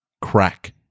Crack